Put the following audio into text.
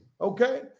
Okay